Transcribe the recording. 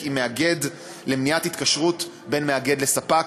עם מאגד למניעת התקשרות בין מאגד לספק.